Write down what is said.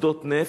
שדות נפט,